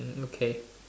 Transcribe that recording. okay